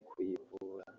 kuyivura